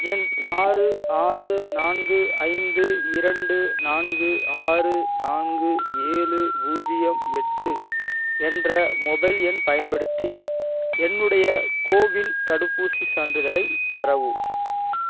எண் ஆறு ஆறு நான்கு ஐந்து இரண்டு நான்கு ஆறு நான்கு ஏழு பூஜ்ஜியம் எட்டு என்ற மொபைல் எண் பயன்படுத்தி என்னுடைய கோவின் தடுப்பூசி சான்றிதழை பெறவும்